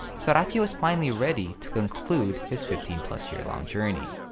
sorachi was finally ready to conclude his fifteen year long journey.